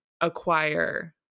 acquire